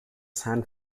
san